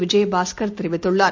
விஜயபாஸ்கர் தெரிவித்துள்ளார்